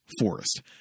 forest